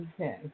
Okay